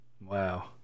Wow